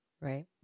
Right